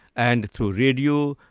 and through radio,